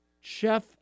Chef